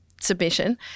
submission